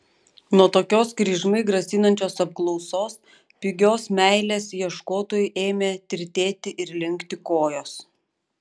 nuo tokios kryžmai grasinančios apklausos pigios meilės ieškotojui ėmė tirtėti ir linkti kojos